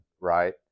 right